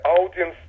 Audience